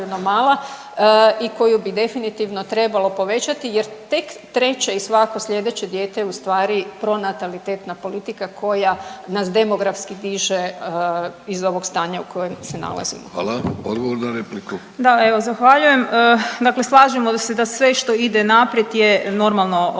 i koju bi definitivno trebalo povećati jer tek treće i svako slijedeće dijete je u stvari pronatalitetna politika koja nas demografski diže iz ovog stanja u kojem se nalazimo. **Vidović, Davorko (Nezavisni)** Hvala. Odgovor na repliku. **Marić, Andreja (SDP)** Da evo zahvaljujem. Dakle slažemo se da sve što ide naprijed je normalno